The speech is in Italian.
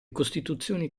costituzioni